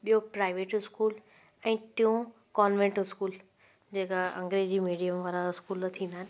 ॿियो private school ऐं टियो कॉन्वेंट स्कूल जेका अग्रेंजी मीडियम वारा स्कूल थींदा आहिनि हूअ